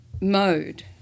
mode